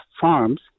farms